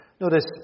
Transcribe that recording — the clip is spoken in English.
Notice